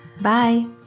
Bye